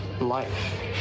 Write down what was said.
life